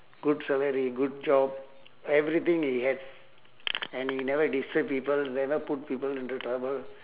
good sir very good job everything he have and he never disturb people never put people into trouble